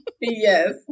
Yes